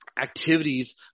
activities